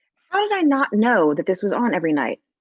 how did i not know that this was on every night?